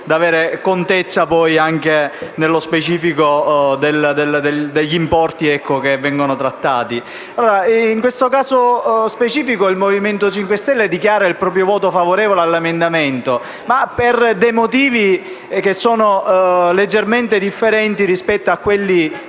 In questo caso specifico, il Movimento 5 Stelle dichiara il proprio voto favorevole all'emendamento 4.100/1, per motivi leggermente differenti rispetto a quelli